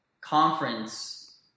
conference